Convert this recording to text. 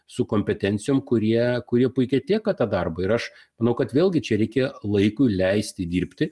su kompetencijom kurie kurie puikiai atlieka tą darbą ir aš manau kad vėlgi čia reikia laikui leisti dirbti